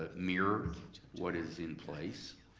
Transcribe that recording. ah mirror what is in place.